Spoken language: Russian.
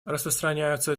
распространяются